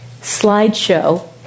slideshow